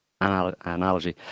analogy